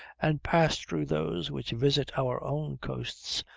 and pass through those which visit our own coasts,